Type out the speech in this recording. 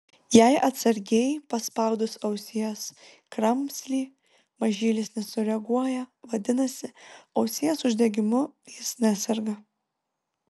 jei atsargiai paspaudus ausies kramslį mažylis nesureaguoja vadinasi ausies uždegimu jis neserga